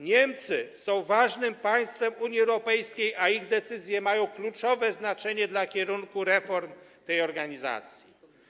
Niemcy są ważnym państwem Unii Europejskiej, a ich decyzje mają kluczowe znaczenie dla kierunku reform tej organizacji.